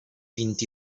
vint